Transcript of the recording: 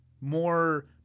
more